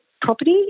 property